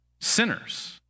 sinners